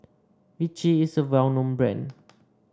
Vichy is a well known brand